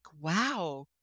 wow